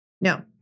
No